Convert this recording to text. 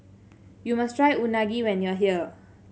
you must try Unagi when you are here